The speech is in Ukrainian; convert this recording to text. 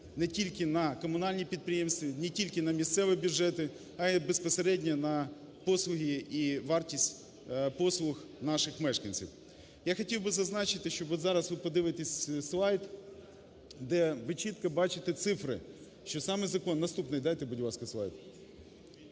не тільки на комунальні підприємства, не тільки на місцеві бюджети, а і безпосередньо на послуги і вартість послуг наших мешканців. Я хотів би зазначити, що от зараз ви подивитеся слайд, де ви чітко бачите цифри, що саме закон… Наступний дайте, будь ласка, слайд.